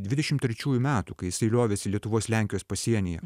dvidešim trečiųjų metų kai jisai liovėsi lietuvos lenkijos pasienyje